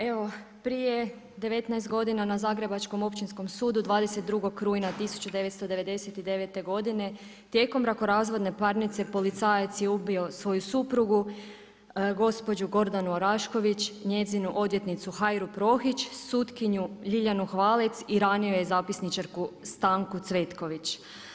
Evo prije 19 godina na Zagrebačkom općinskom sudu 22. rujna 1999. godine tijekom brakorazvodne parnice policajac je ubio svoju suprugu gospođu Gordanu Orašković, njezinu odvjetnicu Hajru Prohić, sutkinju Ljiljanu Hvalec i ranio je zapisničarku Stanku Cvetković.